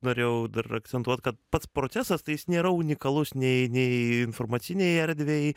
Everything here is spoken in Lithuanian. norėjau dar akcentuot pats procesas tai jis nėra unikalus nei nei informacinėj erdvėj